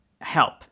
help